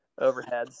overheads